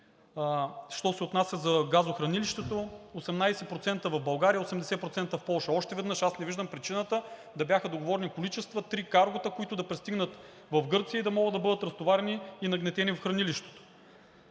Що се отнася за газохранилището, 18% в България, 80% в Полша. Още веднъж, аз не виждам причината да бяха договорени количества три каргота, които да пристигнат в Гърция и да могат да бъдат разтоварени и нагнетени в хранилището,